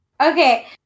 Okay